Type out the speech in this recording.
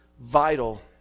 vital